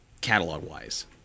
catalog-wise